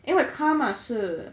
因为 karma 是